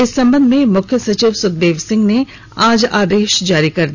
इस संबंध में मुख्य सचिव सुखदेव सिंह ने आज आदेश जारी कर दिया